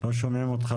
לא שומעים טוב.